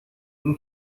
این